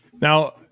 Now